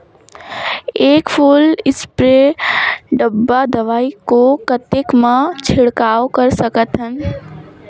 एक full spray डब्बा दवाई को कतेक म छिड़काव कर सकथन?